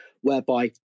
whereby